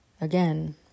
again